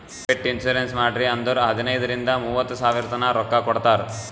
pet insurance ಮಾಡ್ರಿ ಅಂದುರ್ ಹದನೈದ್ ರಿಂದ ಮೂವತ್ತ ಸಾವಿರತನಾ ರೊಕ್ಕಾ ಕೊಡ್ತಾರ್